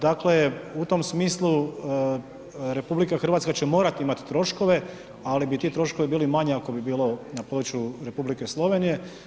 Dakle, u tom smislu RH će morati imati troškove ali bi ti troškovi bili manji ako bi bilo na području Republike Slovenije.